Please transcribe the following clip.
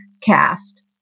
cast